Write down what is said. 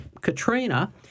Katrina